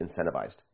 incentivized